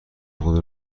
خود